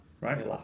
right